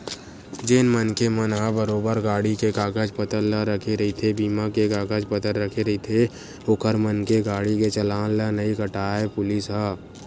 जेन मनखे मन ह बरोबर गाड़ी के कागज पतर ला रखे रहिथे बीमा के कागज पतर रखे रहिथे ओखर मन के गाड़ी के चलान ला नइ काटय पुलिस ह